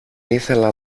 ήθελα